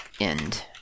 end